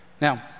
Now